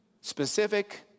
Specific